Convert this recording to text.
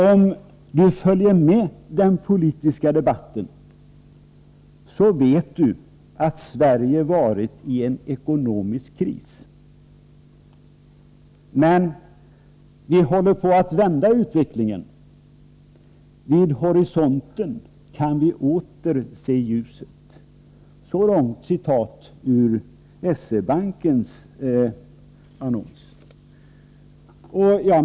Om du följer med i den politiska debatten så vet du att Sverige varit i en ekonomisk kris. Men vi håller på att vända utvecklingen. Vid horisonten kan vi åter se ljuset.” Detta är alltså ett citat ur S-E-Bankens annons.